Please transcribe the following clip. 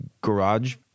garage